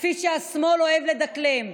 כפי שהשמאל אוהב לדקלם,